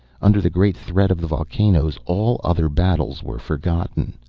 under the greater threat of the volcanoes all other battles were forgotten.